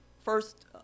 first